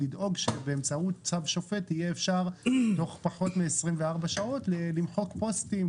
לדאוג שבאמצעות צו שופט יהיה אפשר תוך פחות מ-24 שעות למחוק פוסטים,